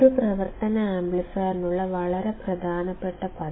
ഒരു പ്രവർത്തന ആംപ്ലിഫയറിനുള്ള വളരെ പ്രധാനപ്പെട്ട പദം